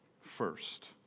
first